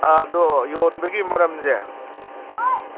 ꯑꯗꯣ ꯌꯣꯟꯕꯒꯤ ꯃꯔꯝꯁꯦ